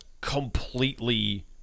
completely –